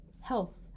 Health